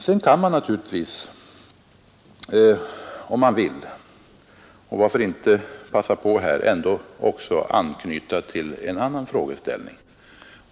Sedan kan man naturligtvis om man vill — och varför inte passa på här — anknyta till en annan frågeställning.